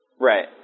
Right